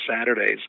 Saturdays